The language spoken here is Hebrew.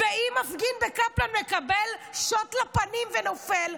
ואם מפגין בקפלן מקבל שוט לפנים ונופל,